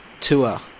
tour